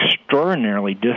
extraordinarily